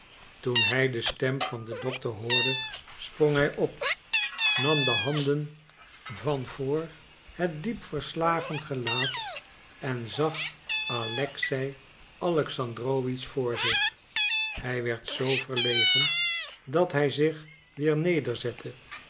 toen hij de stem van den dokter hoorde sprong hij op nam de handen van voor het diep verslagen gelaat en zag alexei alexandrowitsch voor zich hij werd zoo verlegen dat hij zich weer nederzette